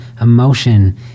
emotion